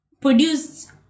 produced